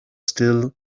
still